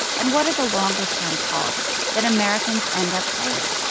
and what are the longer-term costs that americans end up paying?